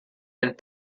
and